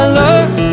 love